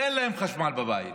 כשאין להם חשמל בבית.